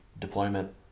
deployment